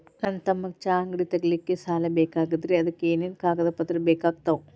ನನ್ನ ತಮ್ಮಗ ಚಹಾ ಅಂಗಡಿ ತಗಿಲಿಕ್ಕೆ ಸಾಲ ಬೇಕಾಗೆದ್ರಿ ಅದಕ ಏನೇನು ಕಾಗದ ಪತ್ರ ಬೇಕಾಗ್ತವು?